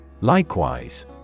Likewise